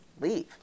leave